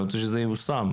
אני רוצה שזה ייושם.